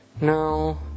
No